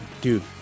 dude